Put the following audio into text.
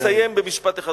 אני אסיים במשפט אחד.